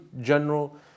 general